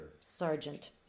Sergeant